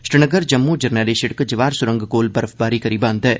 श्रीनगर जम्मू जरनैली सिड़क जवाहर सुरंग कोल बर्फबारी करी बंद ऐ